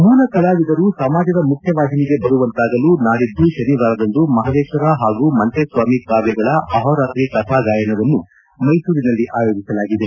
ಮೂಲ ಕಲಾವಿದರು ಸಮಾಜದ ಮುಖ್ಯವಾಹಿನಿಗೆ ಬರುವಂತಾಗಲು ನಾಡಿದ್ದು ಶನಿವಾರದಂದು ಮಹದೇಶ್ವರ ಹಾಗೂ ಮಂಟೇಸ್ವಾಮಿ ಕಾಮ್ಯಗಳ ಆಹೋರಾತ್ರಿ ಕಥಾ ಗಾಯನವನ್ನು ಮೈಸೂರಿನಲ್ಲಿ ಆಯೋಜಿಸಲಾಗಿದೆ